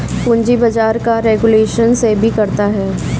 पूंजी बाजार का रेगुलेशन सेबी करता है